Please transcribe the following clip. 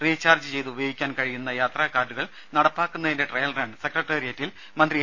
recharge ചെയ്ത് ഉപയോഗിക്കാൻ കഴിയുന്ന യാത്രാ കാർഡുകൾ നടപ്പിലാക്കുന്നതിന്റെ ട്രയൽ റൺ സെക്രട്ടറിയേറ്റിൽ മന്ത്രി എ